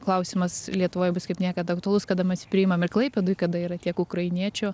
klausimas lietuvoj bus kaip niekad aktualus kada mes priimam ir klaipėdoj kada yra tiek ukrainiečių